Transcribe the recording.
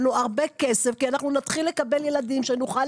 בגן תקשורת לא הייתה קלינאית